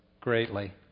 greatly